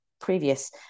previous